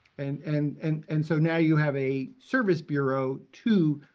and and and and so now you have a service bureau to